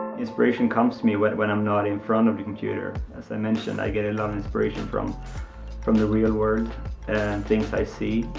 inspiration comes to me when when i'm not in front of the computer. as i mentioned, i get a lot of inspiration from from the real world, and things i see,